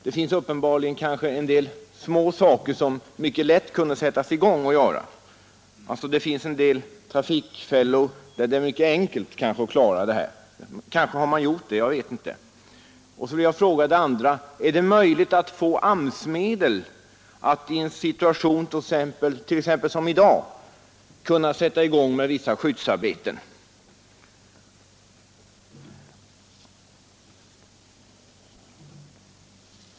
Det kanske finns en del trafikfällor som man med mycket enkla medel kunde klara. Vidare undrar jag om det skulle vara möjligt att få AMS-medel — t.ex. i en situation som den vi har i dag — för att sätta i gång med vissa skyddsarbeten.